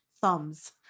thumbs